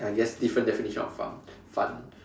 okay I guess different definition of fun fun